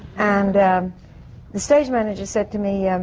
and the stage manager said to me. um